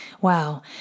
Wow